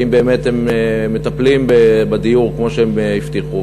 האם באמת הם מטפלים בדיור כמו שהם הבטיחו,